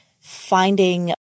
finding